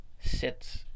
sits